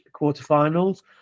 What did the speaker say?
quarterfinals